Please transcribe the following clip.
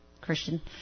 Christian